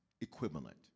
equivalent